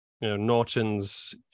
Norton's